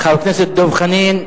חבר הכנסת דב חנין,